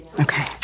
Okay